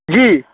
जी